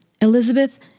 Elizabeth